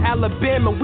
Alabama